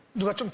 let um